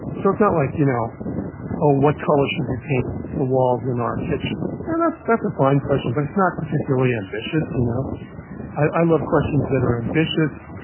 so it's not like, you know oh, what color should we paint the walls in our kitchen? and that's that's a fine question, but it's not particularly ambitious. you know i love questions that are ambitious,